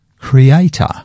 creator